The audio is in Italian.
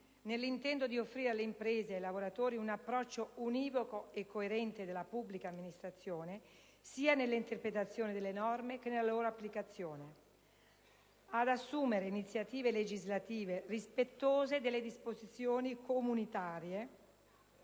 nell'intento di offrire alle imprese e ai lavoratori un approccio univoco e coerente della pubblica amministrazione sia nell'interpretazione delle norme che nella loro applicazione; che si assumano iniziative legislative rispettose delle disposizioni comunitarie,